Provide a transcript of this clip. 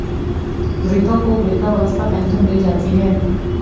वृद्धों को वृद्धावस्था पेंशन दी जाती है